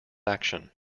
action